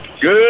Good